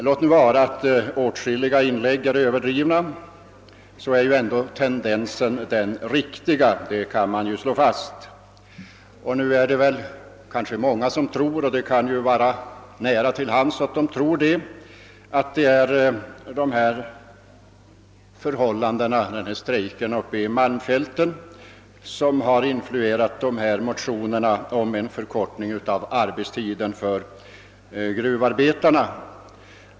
Låt vara att åtskilliga inlägg är överdrivna — tendensen är ändå den riktiga. Det är kanske många som tror — det kan ligga nära till hands — att det är strejkerna uppe vid malmfälten som inspirerat till dessa motioner om en förkortning av arbetstiden för gruvarbetarna.